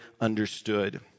understood